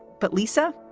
but lisa.